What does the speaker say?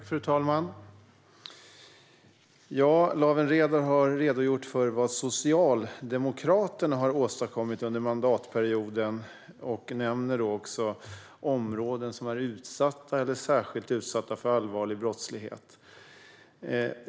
Fru talman! Lawen Redar redogör för vad Socialdemokraterna har åstadkommit under mandatperioden och nämner områden som är utsatta eller särskilt utsatta för allvarlig brottslighet.